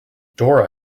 dora